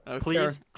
Please